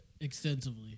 extensively